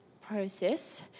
process